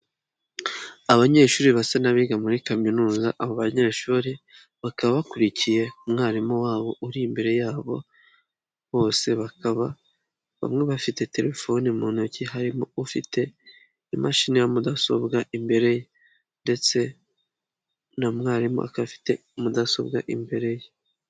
Abanyeshuri basa n'abiga muri kaminuza, aba banyeshuri bakaba bakurikiye umwarimu wabo uri imbere yabo, bose bakaba bamwe bafite telefoni mu ntoki, harimo ufite imashini ya mudasobwa imbere ye ndetse na mwarimu aka afite mudasobwa imbere ye.